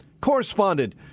Correspondent